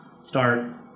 start